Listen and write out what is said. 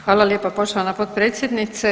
Hvala lijepa poštovana potpredsjednice.